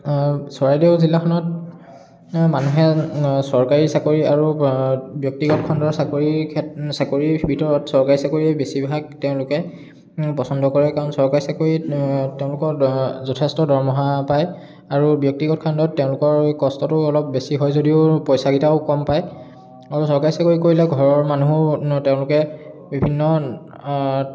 চৰাইদেউ জিলাখনত মানুহে চৰকাৰী চাকৰি আৰু ব্যক্তিগত খণ্ডৰ চাকৰিৰ ভিতৰত চৰকাৰী চাকৰীয়ে বেছিভাগ তেওঁলোকে পচন্দ কৰে কাৰণ চৰকাৰী চাকৰিত তেওঁলোকৰ যথেষ্ট দৰমহা পায় আৰু ব্যক্তিগত খণ্ডত তেওঁলোকৰ কষ্টটো অলপ বেছি হয় যদিও পইচাকিটাও কম পায় আৰু চৰকাৰী চাকৰি কৰিলে ঘৰৰ মানুহো তেওঁলোকে বিভিন্ন